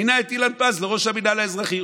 מינה את אילן פז לראש המינהל האזרחי.